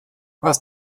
was